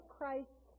Christ